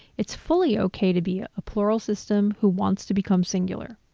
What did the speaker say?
it's fully okay to be a plural system who wants to become singular.